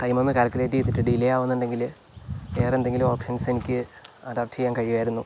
time ഒന്ന് calculate ചെയ്തിട്ട് delay ആകുന്നുണ്ടെങ്കില് വേറെ എന്തെങ്കിലും ഓപ്ഷൻസ് എനിക്ക് അഡോപ്റ്റ് ചെയ്യാൻ കഴിയുമായിരുന്നു